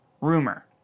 rumor